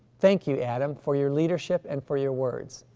thank you adam for your leadership and for your words.